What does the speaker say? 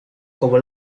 koło